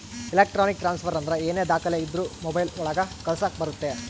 electronic transfer ಅಂದ್ರ ಏನೇ ದಾಖಲೆ ಇದ್ರೂ ಮೊಬೈಲ್ ಒಳಗ ಕಳಿಸಕ್ ಬರುತ್ತೆ